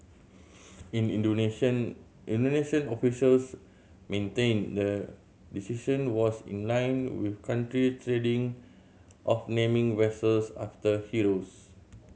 in Indonesian Indonesian officials maintained the decision was in line with country's of naming vessels after heroes